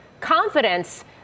confidence